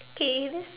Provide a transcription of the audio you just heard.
okay that